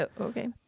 Okay